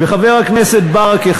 חבר הכנסת ברכה,